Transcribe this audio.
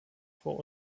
vor